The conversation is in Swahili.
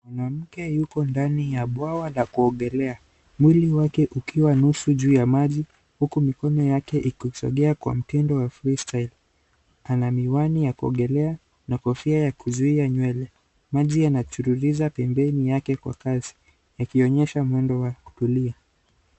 Mwanamke yuko ndani ya bwawa na kuogelea, mwili wake ukiwa nusu juu ya maji huku mikono yake ikisogea kwa mtindo wa freestyle ana miwani ya kuogelea na kofia ya kuzuia nywele, maji yanachuuruza pembeni yake kwa kasi akionyesha mwendo wa kutulia.